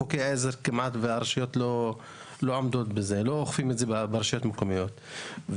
הרשויות כמעט לא אוכפות את חוקי העזר,